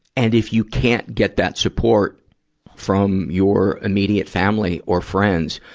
and if you can't get that support from your immediate family or friends,